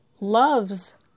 Loves